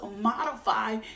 modify